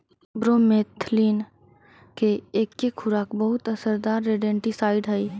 bromethalin के एके खुराक बहुत असरदार रोडेंटिसाइड हई